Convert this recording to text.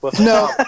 No